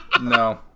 No